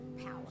power